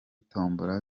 tombola